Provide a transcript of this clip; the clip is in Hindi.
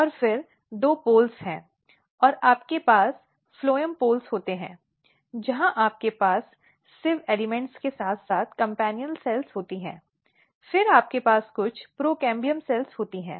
और फिर दो पोल्स पर आपके पास फ्लोएम पोल होते हैं जहां आपके पास छलनी तत्व के साथ साथ कम्पेन्यन सेल्स होते हैं और फिर आपके पास कुछ प्रोटोम्बियम सेल्स होते हैं